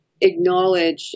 acknowledge